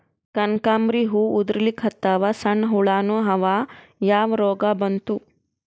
ಕನಕಾಂಬ್ರಿ ಹೂ ಉದ್ರಲಿಕತ್ತಾವ, ಸಣ್ಣ ಹುಳಾನೂ ಅವಾ, ಯಾ ರೋಗಾ ಬಂತು?